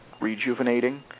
rejuvenating